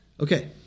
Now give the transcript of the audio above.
okay